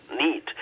need